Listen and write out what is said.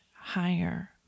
higher